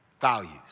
Values